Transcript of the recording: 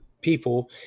people